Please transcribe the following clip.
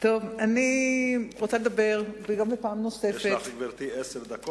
חברי הכנסת,